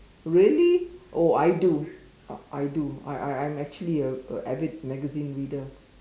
really oh I do uh I do I I'm actually a a avid magazine reader